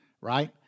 right